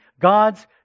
God's